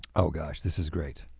oh gosh this is great.